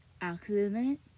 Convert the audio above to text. accident